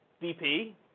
VP